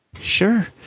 Sure